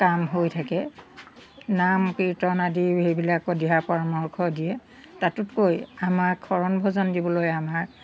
কাম হৈ থাকে নাম কীৰ্তন আদি সেইবিলাকৰ দিহা পৰামৰ্শ দিয়ে তাতোতকৈ আমাক শৰণ ভজন দিবলৈ আমাক